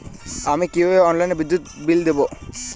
আমি কিভাবে অনলাইনে বিদ্যুৎ বিল দেবো?